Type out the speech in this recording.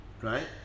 Right